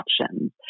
options